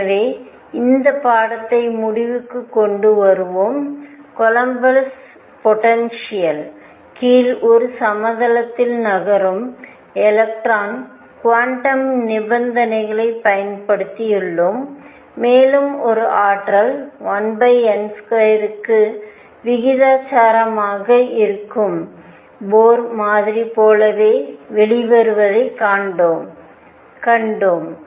எனவே இந்த பாடத்தை முடிவுக்கு கொண்டு வருவோம் கூலொம்ப் போடென்ஷியல் கீழ் ஒரு சமதளத்தில் நகரும் எலக்ட்ரானுக்கு குவாண்டம் நிபந்தனைகளைப் பயன்படுத்தியுள்ளோம் மேலும் ஒரு ஆற்றல் 1 n2 க்கு விகிதாசாரமாக போர் மாதிரி போலவே வெளிவருவதைக் காண்கிறோம்